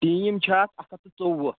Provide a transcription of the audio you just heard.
team چھِ اَتھ اَکھ ہَتھ تہٕ ژوٚوُہ